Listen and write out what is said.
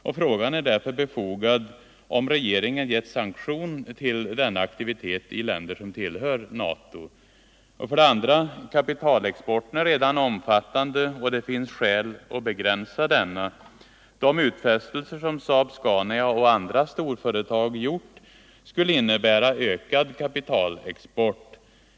Det är därför befogat att fråga om regeringen gett sanktion till denna aktivitet i länder som tillhör NATO. 2. Kapitalexporten är redan omfattande, och det finns skäl att begränsa den. De utfästelser som SAAB-Scania och flera andra storföretag gjort skulle innebära ökad kapitalexport.